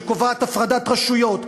שקובעת הפרדת רשויות,